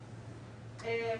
(מוקרן סרטון) דרך אגב,